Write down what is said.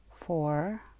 Four